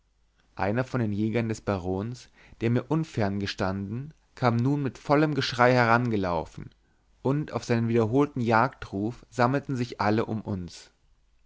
einer von den jägern des barons der mir unfern gestanden kam nun mit vollem geschrei herangelaufen und auf seinen wiederholten jagdruf sammelten sich alle um uns